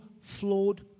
flawed